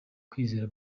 kwizera